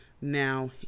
now